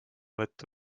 võtta